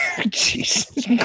Jesus